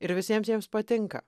ir visiems jiems patinka